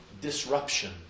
disruption